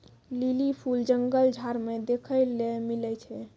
lily फूल जंगल झाड़ मे देखै ले मिलै छै